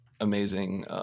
amazing